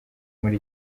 muri